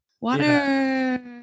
Water